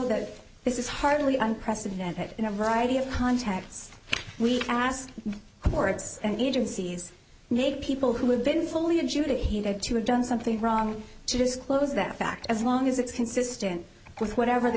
that this is hardly unprecedented in a variety of contexts we ask or it's agencies people who have been fully into that he had to have done something wrong to disclose that fact as long as it's consistent with whatever the